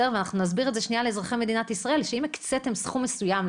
אנחנו נסביר את זה לאזרחי מדינת ישראל: אם הקציתם סכום מסוים,